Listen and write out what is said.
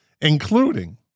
including